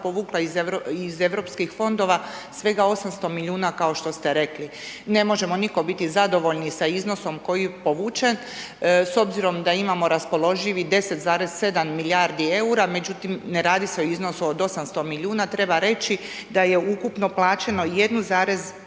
povukla iz europskih fondova svega 800 milijuna kao što ste rekli. Ne možemo nitko biti zadovoljni sa iznosom koji je povučen s obzirom da imamo raspoloživih 10,7 milijardi eura međutim ne radi se o iznosu od 800 milijuna, treba reći da je ukupno plaćeno 1 milijardu